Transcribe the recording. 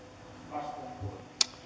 arvoisa